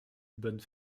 d’une